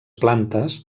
plantes